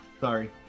Sorry